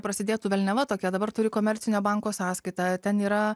prasidėtų velniava tokia dabar turi komercinio banko sąskaitą ten yra